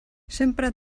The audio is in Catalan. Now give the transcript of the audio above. sempre